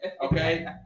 Okay